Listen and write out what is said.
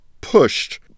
pushed